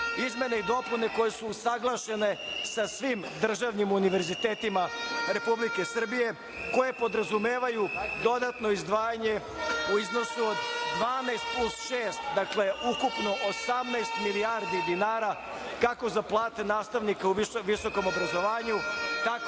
Izmene i dopune koje su usaglašene sa svim državnim univerzitetima Republike Srbije koje podrazumevaju dodatno izdvajanje u iznosu od 12 plus šest, dakle ukupno 18 milijardi dinara kako za plate nastavnika u visokom obrazovanju,